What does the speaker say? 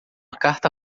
carta